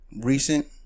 recent